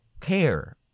care